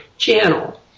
channel